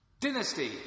Dynasty